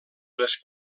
les